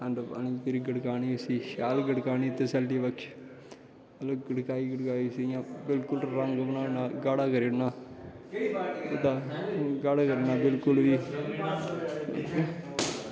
खंड पानी पूरी गड़कानी उसी शैल गड़कानी तसल्ली बक्श मतलव गड़काई गड़काई उसी बिल्कुल रंग बनाना गाड़ा करी ओड़ना गाड़ा करी ओड़ना बिल्कुल इयां